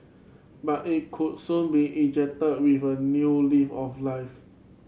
but it could soon be injected with a new lift of life